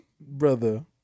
brother